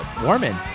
Warman